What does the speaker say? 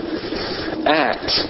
act